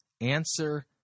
Answer